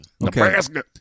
Nebraska